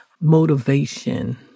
motivation